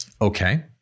Okay